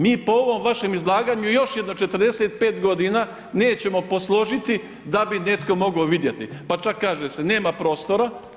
Mi po ovom vašem izlaganju još jedno 45 godina nećemo posložiti da bi neko mogao vidjeti, pa čak kaže se nema prostora.